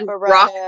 rock